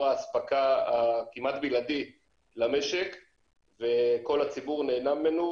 האספקה כמעט הבלעדי למשק וכל הציבור נהנה ממנו,